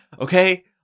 Okay